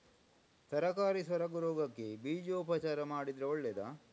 ತರಕಾರಿ ಸೊರಗು ರೋಗಕ್ಕೆ ಬೀಜೋಪಚಾರ ಮಾಡಿದ್ರೆ ಒಳ್ಳೆದಾ?